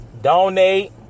donate